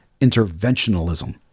interventionalism